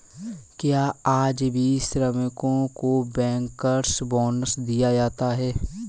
क्या आज भी श्रमिकों को बैंकर्स बोनस दिया जाता है?